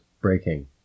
breaking